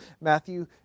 Matthew